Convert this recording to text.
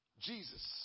Jesus